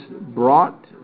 brought